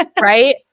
right